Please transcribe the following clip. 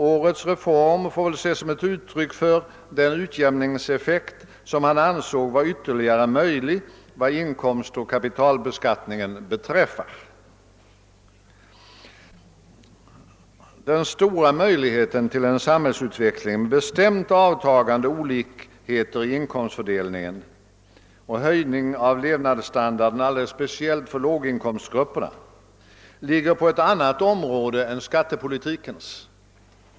Årets skattereform får väl ses som ett uttryck för den utjämningseffekt, som han ansåg ytterligare vara möjlig vad beträffar inkomstoch kapitalbeskattningen. Den. stora möjligheten till en samhällsutveckling mot bestämt minskande olikheter i inkomstfördelningen och höjning av levnadsstandarden, speciellt för låginkomstgrupperna, ligger på ett annat område än skattepolitikens.